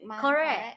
correct